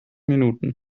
minuten